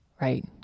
right